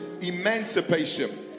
emancipation